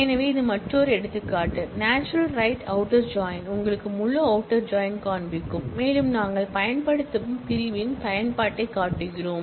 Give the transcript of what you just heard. எனவே இது மற்றொரு எடுத்துக்காட்டு நேச்சுரல் ரைட் அவுட்டர் ஜாயின் உங்களுக்கு முழு அவுட்டர் ஜாயின் காண்பிக்கும் மேலும் நாங்கள் பயன்படுத்தும் பிரிவின் பயன்பாட்டைக் காட்டுகிறோம்